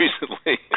recently